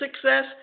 success